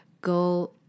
go